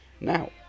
Now